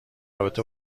رابطه